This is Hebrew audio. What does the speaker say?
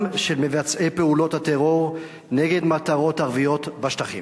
של מבצעי פעולות הטרור נגד מטרות ערביות בשטחים?